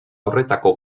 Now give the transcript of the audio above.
horretako